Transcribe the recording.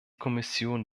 kommission